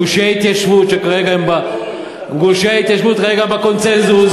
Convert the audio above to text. וגושי ההתיישבות הם כרגע בקונסנזוס.